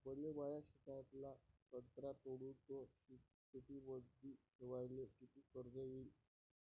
मले माया शेतातला संत्रा तोडून तो शीतपेटीमंदी ठेवायले किती खर्च येईन?